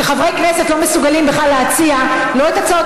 שחברי כנסת לא מסוגלים בכלל להציע לא את הצעות